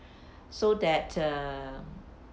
so that uh